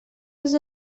els